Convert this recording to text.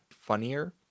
funnier